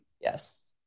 Yes